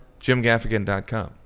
JimGaffigan.com